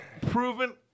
proven